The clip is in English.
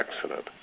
accident